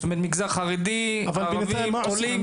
זאת אומרת: מגזר חרדי, ערבי, עולים?